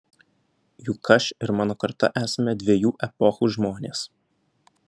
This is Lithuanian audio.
juk aš ir mano karta esame dviejų epochų žmonės